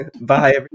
Bye